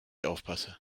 aufpasse